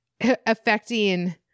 affecting